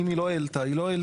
אם היא לא העלתה, היא לא העלתה.